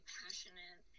passionate